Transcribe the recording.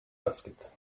basket